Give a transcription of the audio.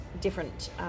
different